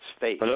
face